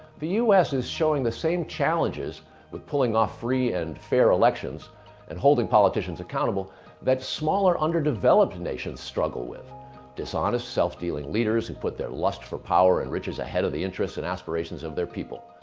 the u s. is showing the same challenges with pulling off free and fair elections and holding politicians accountable that smaller underdeveloped nations struggle with dishonest self-dealing leaders who put their lust for power and riches ahead of the interests and aspirations of their people.